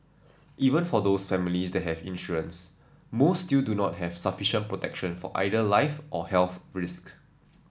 even for those families that have insurance most still do not have sufficient protection for either life or health risk